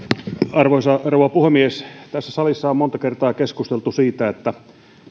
arvoisa rouva puhemies tässä salissa on monta kertaa keskusteltu